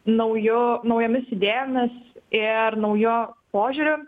nauju naujomis idėjomis ir nauju požiūriu